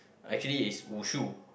actually is Wushu